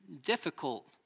difficult